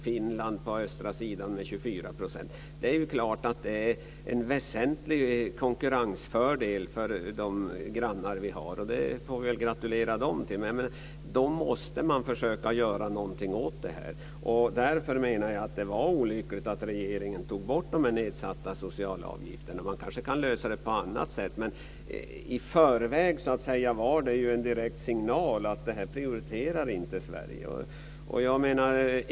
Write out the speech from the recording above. Finland på den östra sidan har 24 % i arbetsgivaravgift. Det är klart att det är en väsentlig konkurrensfördel för våra grannländer, och det får vi väl gratulera dem till. Men då måste man försöka att göra någonting åt det här. Jag anser att det var olyckligt att regeringen tog bort de nedsatta sociala avgifterna. Man kan kanske lösa det på annat sätt, men det var en signal om att Sverige inte prioriterar detta.